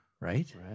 Right